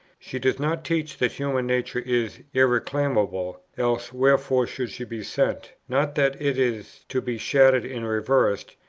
she does not teach that human nature is irreclaimable, else wherefore should she be sent? not, that it is to be shattered and reversed,